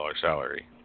salary